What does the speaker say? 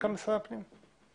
הוא